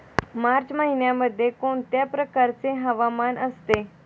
मार्च महिन्यामध्ये कोणत्या प्रकारचे हवामान असते?